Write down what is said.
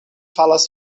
falas